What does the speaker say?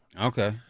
Okay